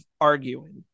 arguing